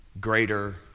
Greater